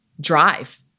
drive